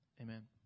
Amen